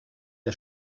der